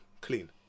clean